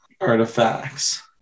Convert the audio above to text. artifacts